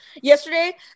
yesterday